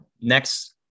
Next